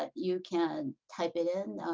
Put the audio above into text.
ah you can type it in.